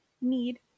need